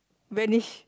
vanish